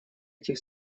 этих